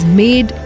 made